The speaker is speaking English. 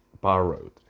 borrowed